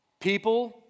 People